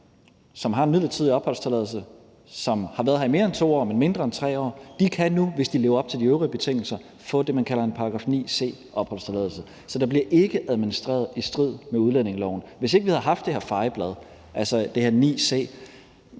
som har en midlertidig opholdstilladelse, og som har været her mere end 2 år, men mindre end 3 år, nu kan, hvis de lever op til de øvrige betingelser, få det, man kalder en § 9 c-opholdstilladelse. Så der bliver ikke administreret i strid med udlændingeloven. Hvis ikke vi havde haft det her fejeblad, den her §